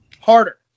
Harder